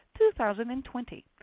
2020